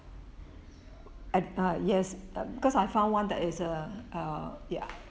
at ah yes uh because I found one that is err err ya